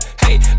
hey